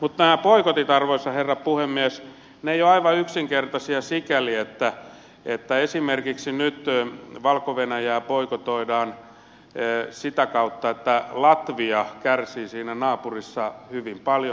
mutta nämä boikotit arvoisa herra puhemies eivät ole aivan yksinkertaisia sikäli että kun esimerkiksi nyt valko venäjää boikotoidaan sitä kautta latvia kärsii siinä naapurissa hyvin paljon